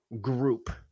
group